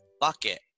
bucket